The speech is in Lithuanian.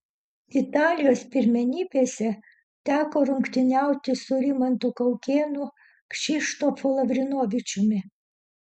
italijos pirmenybėse teko rungtyniauti su rimantu kaukėnu kšištofu lavrinovičiumi